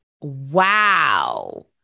Wow